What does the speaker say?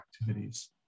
activities